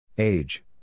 Age